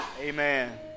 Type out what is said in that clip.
Amen